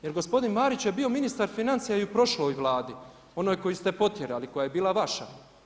Jer gospodin Marić je bio ministar financija i u prošloj Vladi, onoj koju ste potjerali, koja je bila vaša.